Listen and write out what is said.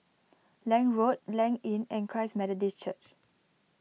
Lange Road Blanc Inn and Christ Methodist Church